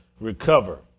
recover